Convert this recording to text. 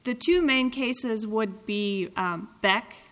the two main cases would be back